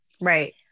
right